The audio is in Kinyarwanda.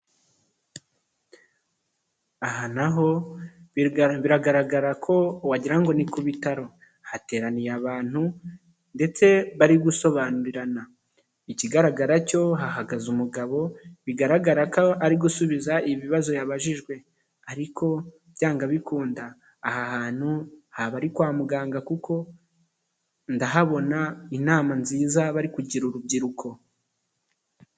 Aha naho, biragaragara ko wagira ngo ni ku bitaro. Hateraniye abantu ndetse bari gusobanurirana. Ikigaragara cyo hahagaze umugabo, bigaragara ko ari gusubiza ibibazo yabajijwe. Ariko byanga bikunda, aha hantu haba ari kwa muganga kuko ndahabona inama nziza bari kugira urubyiruko.